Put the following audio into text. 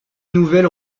nouvelle